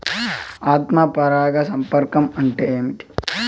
ఆత్మ పరాగ సంపర్కం అంటే ఏంటి?